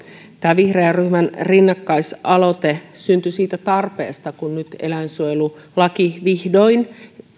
tämä vihreän ryhmän rinnakkaisaloite syntyi siitä tarpeesta että kun nyt eläinsuojelulaki vihdoin